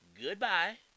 goodbye